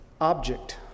object